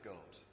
God